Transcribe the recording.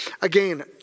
again